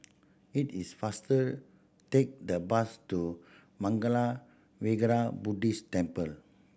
it is faster take the bus to Mangala Vihara Buddhist Temple